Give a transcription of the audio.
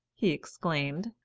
he exclaimed,